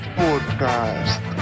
podcast